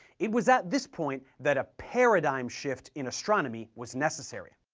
it was at this point that a paradigm shift in astronomy was necessary.